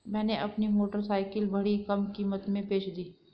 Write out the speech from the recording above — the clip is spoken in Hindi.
मैंने अपनी मोटरसाइकिल बड़ी कम कीमत में बेंच दी